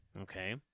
Okay